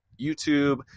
YouTube